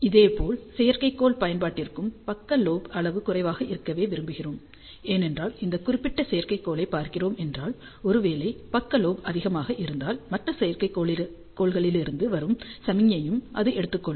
இதேபோல் செயற்கைக்கோள் பயன்பாட்டிற்கும் பக்க லோப் அளவு குறைவாக இருக்கவே விரும்புகிறோம் ஏனென்றால் இந்த குறிப்பிட்ட செயற்கைக்கோளைப் பார்க்கிறோம் என்றால் ஒரு வேளை பக்க லோப் அதிகமாக இருந்தால் மற்ற செயற்கைக்கோளிலிருந்து வரும் சமிக்ஞையையும் அது எடுத்துக்கொள்ளும்